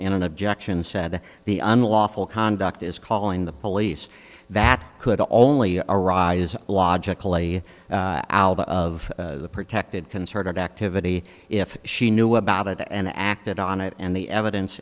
in an objection said the unlawful conduct is calling the police that could only arise logically album of the protected concerted activity if she knew about it and acted on it and the evidence